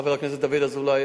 חבר הכנסת דוד אזולאי,